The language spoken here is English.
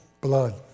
blood